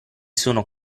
sono